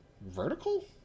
Vertical